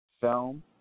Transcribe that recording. film